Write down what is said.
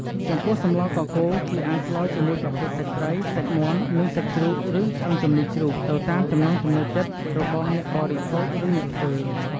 ចំពោះសម្លកកូរ គេអាចស្លរជាមួយប្រភេទសាច់ត្រី សាច់មាន់ និងសាច់ជ្រូកឬឆ្អឹងជំនីរជ្រូកទៅតាមចំណង់ចំណូលចិត្តរបស់អ្នកបរិភោគ ឬអ្នកធ្វើ។